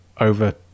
over